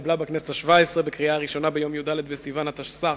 התקבלה בכנסת השבע-עשרה בקריאה ראשונה ביום י"ד בסיוון תשס"ח,